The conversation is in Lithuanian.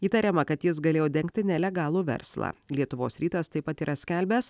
įtariama kad jis galėjo dengti nelegalų verslą lietuvos rytas taip pat yra skelbęs